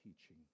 teaching